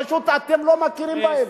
פשוט, אתם לא מכירים בהם.